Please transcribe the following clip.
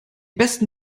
besten